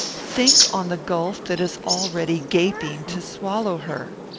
think on the gulf that is already gaping to swallow her.